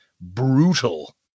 Brutal